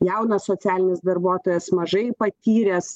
jaunas socialinis darbuotojas mažai patyręs